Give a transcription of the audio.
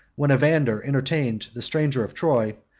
when evander entertained the stranger of troy,